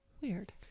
Weird